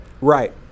Right